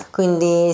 Quindi